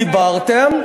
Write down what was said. דיברתם,